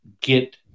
get